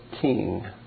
King